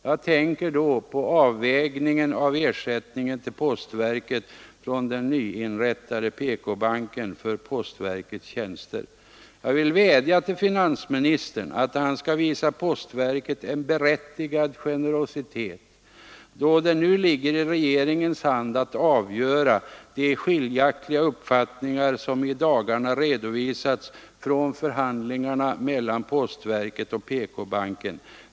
Jag tänker då på avvägningen av ersättningen till postverket från den nyinrättade PK-banken för postverkets tjänster. Jag vill vädja till finansministern att han skall visa postverket en berättigad generositet, då det nu ligger i regeringens hand att avgöra de skiljaktiga uppfattningar som i dagarna redovisats från förhandlingarna mellan postverket och PK-banken.